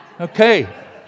Okay